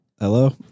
Hello